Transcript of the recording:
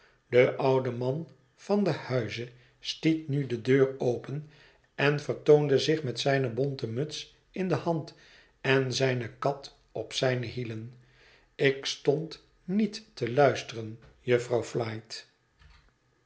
de oude man van den huize stiet nu de deur open en vertoonde zich met zijne bonten muts in de hand en zijne kat op zijne hielen ik stond niet te luisteren jufvrouw flite